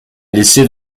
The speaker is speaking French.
laissé